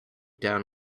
down